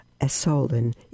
Esolen